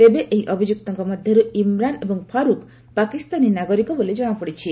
ତେବେ ଏହି ଅଭିଯୁକ୍ତ ମଧ୍ୟରୁ ଇମ୍ରାନ୍ ଏବଂ ଫାରୁକ୍ ପାକିସ୍ତାନୀ ନାଗରିକ ବୋଲି ଜଣାପଡ଼ିଛି